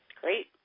Great